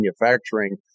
manufacturing